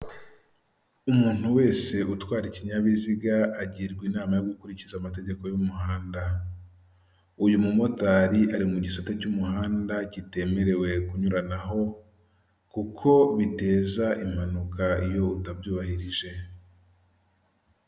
Umuntu wese utwara ikinyabiziga, agirwa inama yo gukurikiza amategeko y'umuhanda. Uyu mumotari ari mu gisate cy'umuhanda kitemerewe kunyuranaho, kuko biteza impanuka iyo utabyubahirije.